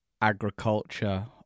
agriculture